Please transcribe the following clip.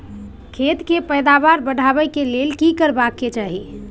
खेत के पैदावार बढाबै के लेल की करबा के चाही?